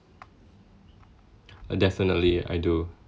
uh definitely I do